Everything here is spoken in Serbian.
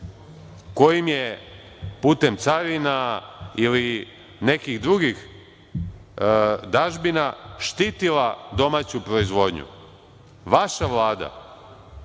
kojim je putem carina ili nekih drugih dažbina štitila domaću proizvodnju. Vaša Vlada,